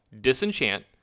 disenchant